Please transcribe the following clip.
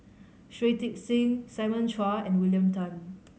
Shui Tit Sing Simon Chua and William Tan